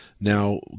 Now